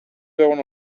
veuen